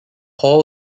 hall